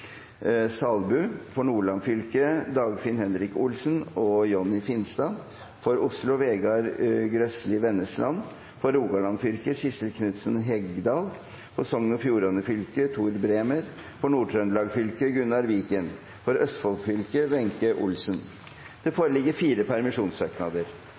Salbu For Nordland fylke: Dagfinn Henrik Olsen og Jonny Finstad For Oslo: Vegard Grøslie Wennesland For Rogaland fylke: Sissel Knutsen Hegdal For Sogn og Fjordane fylke: Tor Bremer For Nord-Trøndelag fylke: Gunnar Viken For Østfold fylke: Wenche Olsen Det